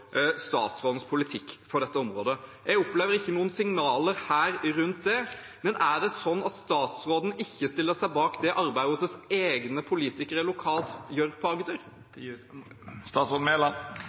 statsrådens politikk på dette området. Jeg opplever ingen signaler her rundt det. Er det sånn at statsråden ikke stiller seg bak det arbeidet hennes egne politikere lokalt gjør i Agder?